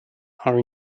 are